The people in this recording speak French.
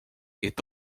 est